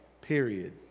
Period